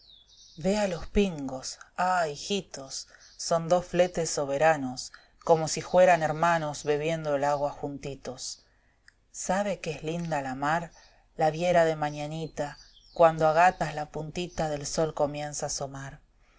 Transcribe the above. ea los pingos ah hijitos son dos fletes soberanos como si jueran hermanos bebiendo la agua juntitos sabe que es linda la mar la viera de mañanita cuando ágatas la puntita del sol comienza a asomar